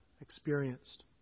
experienced